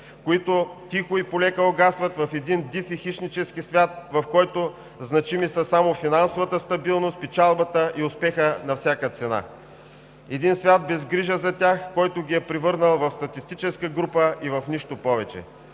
които тихо и полека угасват в един див и хищнически свят, в който значими са само финансовата стабилност, печалбата и успехът на всяка цена – един свят без грижа за тях, който ги е превърнал в статистическа група и в нищо повече.